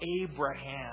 Abraham